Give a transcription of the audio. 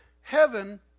Heaven